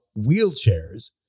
wheelchairs